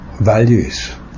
values